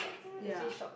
ya